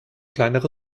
kleinere